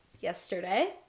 yesterday